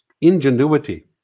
ingenuity